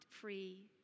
free